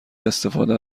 استفاده